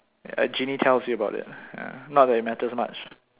a genie tells you about it ya not that it matters much